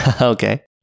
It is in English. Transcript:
Okay